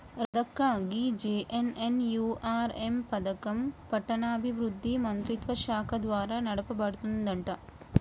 రాధక్క గీ జె.ఎన్.ఎన్.యు.ఆర్.ఎం పథకం పట్టణాభివృద్ధి మంత్రిత్వ శాఖ ద్వారా నడపబడుతుందంట